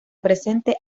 presente